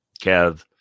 Kev